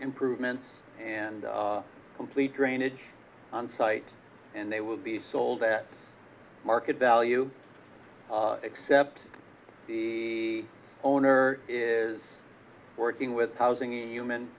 improvements and complete drainage on site and they will be sold at market value except the owner is working with housing in human